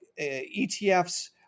ETFs